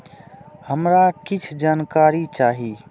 हमरा कीछ जानकारी चाही